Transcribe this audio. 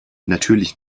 natürlich